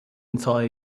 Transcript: entire